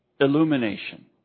illumination